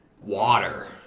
water